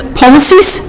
policies